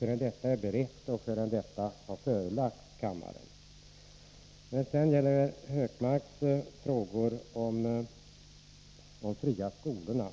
Betänkandet måste först beredas och föreläggas riksdagen. Sedan till Gunnar Hökmarks frågor om de fria skolorna.